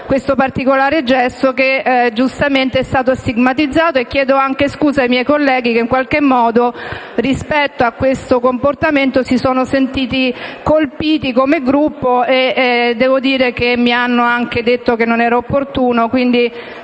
questo particolare gesto, che giustamente è stato stigmatizzato. Chiedo anche scusa ai miei colleghi che rispetto a questo mio comportamento si sono sentiti colpiti come Gruppo e mi hanno anche detto che non era opportuno.